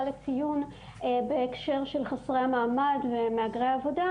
לציון בהקשר של חסרי המעמד ומהגרי העבודה,